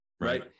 right